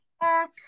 back